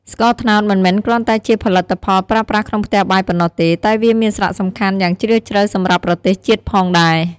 ស្ករត្នោតមិនមែនគ្រាន់តែជាផលិតផលប្រើប្រាស់ក្នុងផ្ទះបាយប៉ុណ្ណោះទេ តែវាមានសារៈសំខាន់យ៉ាងជ្រាលជ្រៅសម្រាប់ប្រទេសជាតិផងដែរ។